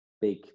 big